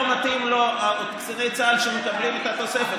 לא מתאים לו קציני צה"ל שמקבלים את התוספת.